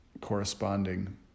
corresponding